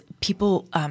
people